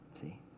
See